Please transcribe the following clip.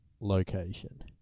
location